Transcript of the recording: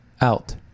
out